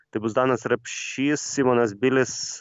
tai bus danas rapšys simonas bilis